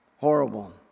horrible